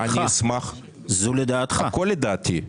זה לדעתך.